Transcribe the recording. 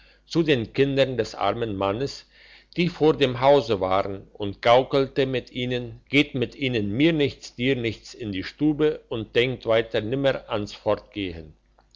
zu den kindern des armen mannes die vor dem hause waren und gaukelt mit ihnen geht mit ihnen mir nichts dir nichts in die stube und denkt weiter nimmer ans fortgehen